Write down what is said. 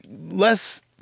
less